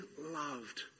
loved